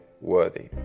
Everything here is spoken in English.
worthy